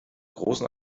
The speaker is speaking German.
großen